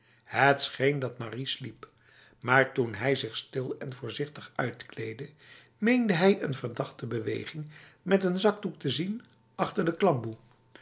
het scheen dat marie sliep maar toen hij zich stil en voorzichtig uitkleedde meende hij een verdachte beweging met een zakdoek te zien achter de klamboe